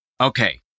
okay